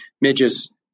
midges